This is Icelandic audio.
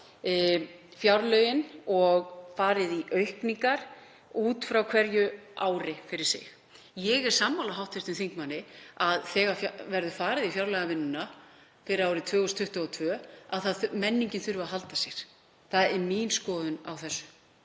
fjárlögin og farið í aukningar út frá hverju ári fyrir sig. Ég er sammála hv. þingmanni að þegar verður farið í fjárlagavinnuna fyrir árið 2022 þurfi menningin að halda sér. Það er mín skoðun á þessu.